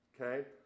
okay